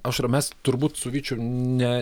aušra mes turbūt su vyčiu ne